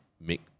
make